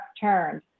turned